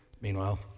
Meanwhile